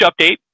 update